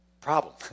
Problem